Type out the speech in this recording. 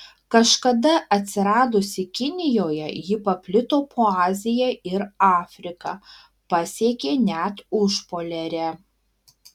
kažkada atsiradusi kinijoje ji paplito po aziją ir afriką pasiekė net užpoliarę